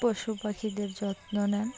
পশু পাখিদের যত্ন নেন